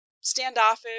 standoffish